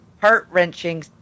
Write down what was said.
heart-wrenching